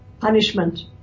punishment